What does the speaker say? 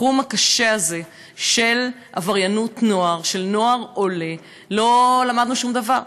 בתחום הקשה הזה של עבריינות של נוער עולה לא למדנו שום דבר,